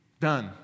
Done